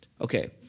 Okay